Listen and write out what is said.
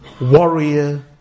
warrior